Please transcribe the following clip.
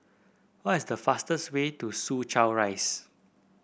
what is the fastest way to Soo Chow Rise